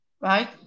right